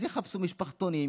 אז יחפשו משפחתונים,